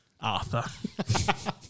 Arthur